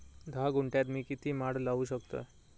धा गुंठयात मी किती माड लावू शकतय?